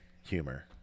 humor